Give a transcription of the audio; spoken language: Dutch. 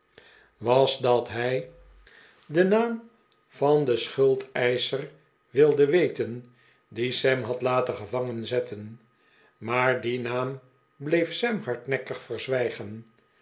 was dat hij den naam van den schuldeischef wilde weten die sam had laten gevangenzetten maar dien naam bleef sam hardnekkig verzwijgen